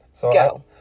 Go